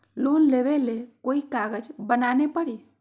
Loan लेबे ले कोई कागज बनाने परी?